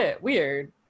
weird